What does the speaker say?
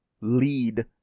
lead